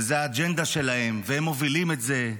וזו האג'נדה שלהם, והם מובילים את זה,